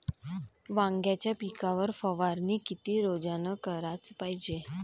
वांग्याच्या पिकावर फवारनी किती रोजानं कराच पायजे?